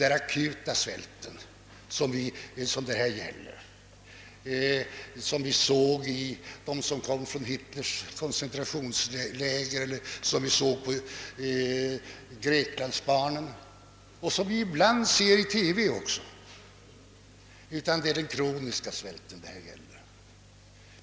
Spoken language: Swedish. Det gäller här inte den akuta svält som vi såg hos dem som kom från Hitlers koncentrationsläger, som vi såg hos greklandsbarnen och som vi ibland ser på reportage i TV. Det är den kroniska svälten det gäller.